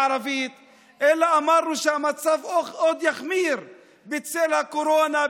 הערבית אלא אמרנו שהמצב עוד יחמיר בצל הקורונה,